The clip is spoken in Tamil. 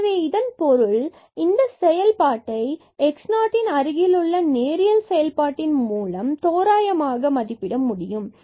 எனவே இதன் பொருள் இந்த செயல்பாட்டை x0 இன் அருகிலுள்ள இந்த நேரியல் செயல்பாட்டின் மூலம் தோராயமாக மதிப்பிட முடியும்